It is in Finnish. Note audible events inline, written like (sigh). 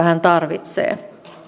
(unintelligible) hän tarvitsee